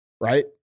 right